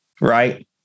Right